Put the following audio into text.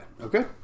Okay